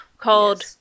called